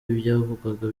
ibyavugwaga